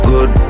Good